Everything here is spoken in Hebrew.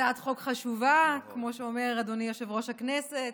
הצעת חוק חשובה, כמו שאומר אדוני יושב-ראש הכנסת.